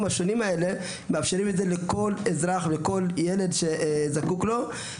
השונים האלה מאפשרים לכל אזרח ולכל ילד שזקוק לו.